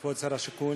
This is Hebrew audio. כבוד שר הבינוי והשיכון